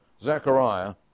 Zechariah